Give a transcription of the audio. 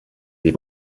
des